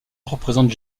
représente